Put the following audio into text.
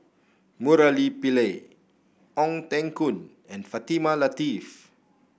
Murali Pillai Ong Teng Koon and Fatimah Lateef